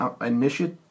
initiate